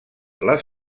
les